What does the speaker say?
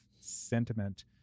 sentiment